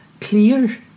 clear